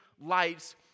lights